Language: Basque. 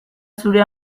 zure